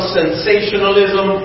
sensationalism